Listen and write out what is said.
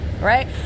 Right